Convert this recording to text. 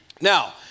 Now